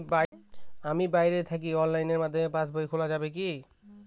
আমি বাইরে থাকি অনলাইনের মাধ্যমে পাস বই খোলা যাবে কি?